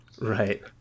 Right